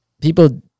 people